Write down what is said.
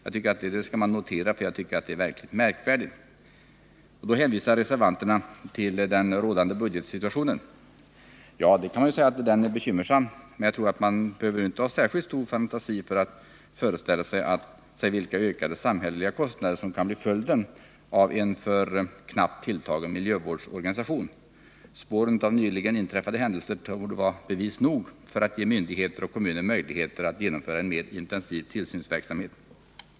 Detta bör noteras, och jag tycker det är mycket märkligt. Reservanterna hänvisar till den rådande budgetsituationen, och naturligtvis kan man hävda att den är bekymmersam. Men jag tror att man inte behöver ha särskilt stor fantasi för att föreställa sig vilka ökade samhälleliga kostnader som kan bli följden av en för knappt tilltagen miljövårdsorganisation. Spåren av nyligen inträffade händelser torde vara skäl nog för att ge myndigheter och kommuner möjligheter att genomföra en mera intensiv tillsynsverksamhet.